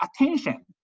Attention